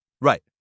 Right